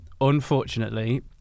unfortunately